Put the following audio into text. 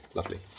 Lovely